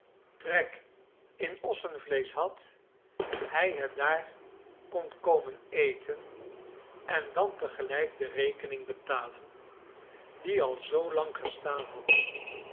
trek in ossenvleesch had hij het daar kon komen eten en dan te gelijk de rekening betalen die al zoolang gestaan had